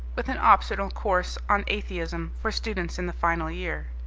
with an optional course on atheism for students in the final year.